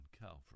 Calvary